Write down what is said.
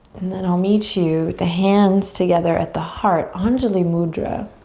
and then i'll meet you, the hands together at the heart, anjali mudra.